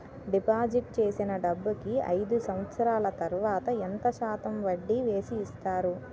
Deposit చేసిన డబ్బుకి అయిదు సంవత్సరాల తర్వాత ఎంత శాతం వడ్డీ వేసి ఇస్తారు?